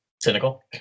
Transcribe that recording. cynical